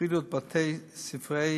הפרידו את בתי ספרי